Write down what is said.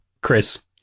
Chris